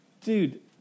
dude